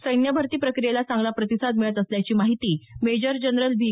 सैन्य भरती प्रक्रियेला चांगला प्रतिसाद मिळत असल्याची माहिती मेजर जनरल व्ही